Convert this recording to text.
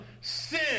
sin